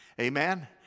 Amen